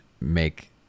make